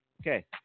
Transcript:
Okay